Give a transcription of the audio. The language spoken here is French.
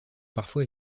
parfois